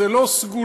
זו לא סגולה,